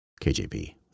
KJP